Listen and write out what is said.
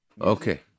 Okay